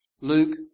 Luke